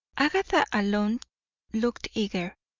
agatha alone looked eager.